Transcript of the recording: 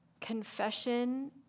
Confession